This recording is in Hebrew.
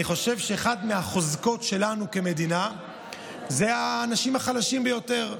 אני חושב שאחת מהחוזקות שלנו כמדינה זה האנשים החלשים ביותר,